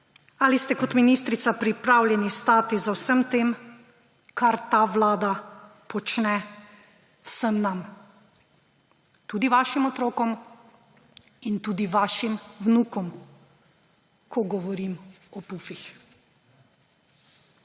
ali ste kot ministrica pripravljeni stati za vsem tem, kar ta vlada počne vsem nam, tudi vašim otrokom in tudi vašim vnukom, ko govorim o pufih.